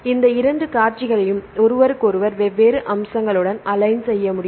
இந்த இரண்டு காட்சிகளையும் ஒருவருக்கொருவர் வெவ்வேறு அம்சங்களுடன் அலைன் செய்ய முடியும்